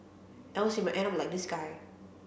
else you might end up like this guy